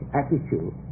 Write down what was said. attitude